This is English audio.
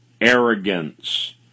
arrogance